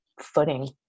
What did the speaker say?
footing